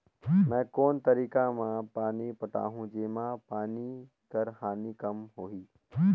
मैं कोन तरीका म पानी पटाहूं जेमा पानी कर हानि कम होही?